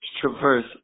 traverse